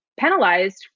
penalized